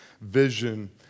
vision